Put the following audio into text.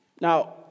Now